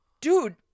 Dude